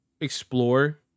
explore